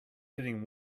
getting